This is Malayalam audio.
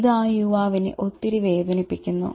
ഇത് ആ യുവാവിനെ ഒത്തിരി വേദനിപ്പിക്കുന്നു